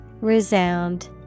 Resound